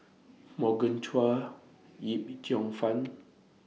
Morgan Chua Yip Cheong Fun